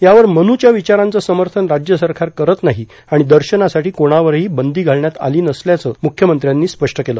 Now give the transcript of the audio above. यावर मनुच्या विचारांचं समर्थन राज्य सरकार करत नाही आणि दर्शनासाठी कोणावरही बंदी घालण्यात आली नसल्याचं मुख्यमंत्र्यांनी स्पष्ट केलं